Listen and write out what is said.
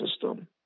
system